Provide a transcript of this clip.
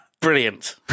Brilliant